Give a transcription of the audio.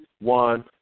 one